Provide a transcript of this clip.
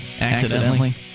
Accidentally